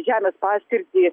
žemės paskirtį